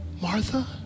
Martha